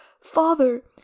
father